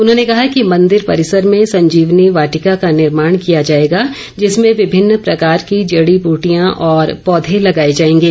उन्होंने कहा कि मंदिर परिसर में संजीवनी वाटिका का निर्माण किया जाएगा जिसमें विभिन्न प्रकार की जड़ी बूटियां और पौधे लगाए जाएंगे